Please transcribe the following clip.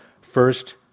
First